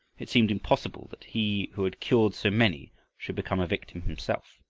it seemed impossible that he who had cured so many should become a victim himself.